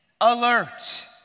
alert